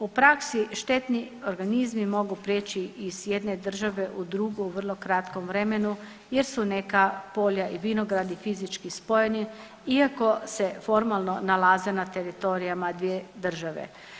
U praksi štetni organizmi mogu prijeći iz jedne države u drugu u vrlo kratkom vremenu jer su neka polja i vinogradi fizički spojeni iako se formalno nalaze na teritorijama dvije države.